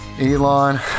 Elon